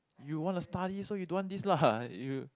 you want to study so you don't want this lah you